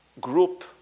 group